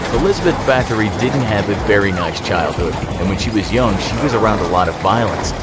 elizabeth bathory didn't have a very nice childhood and when she was young she was around a lot of violence.